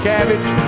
cabbage